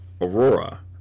Aurora